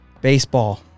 baseball